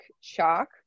shock